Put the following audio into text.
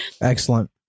Excellent